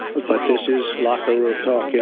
but this is locker room talk. you know,